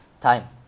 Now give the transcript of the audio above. time